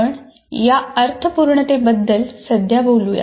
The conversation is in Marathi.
आपण या अर्थपूर्णतेबद्दल सध्या बोलूया